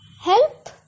help